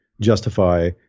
justify